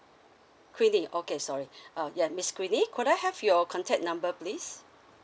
quenny okay sorry uh yes miss quenny could I have your contact number please